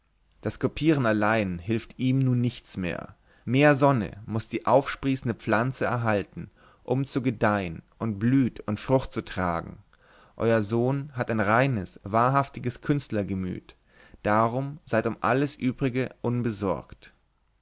das kopieren allein hilft ihm nun nichts mehr mehr sonne muß die aufsprießende pflanze erhalten um zu gedeihen und blüt und frucht zu tragen euer sohn hat ein reines wahrhaftiges künstlergemüt darum seid um alles übrige unbesorgt